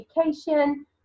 education